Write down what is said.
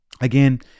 again